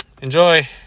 enjoy